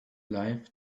life